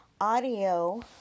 audio